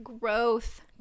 growth